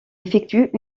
effectue